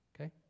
Okay